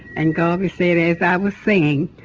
and garvey said, as i was saying,